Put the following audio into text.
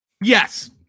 Yes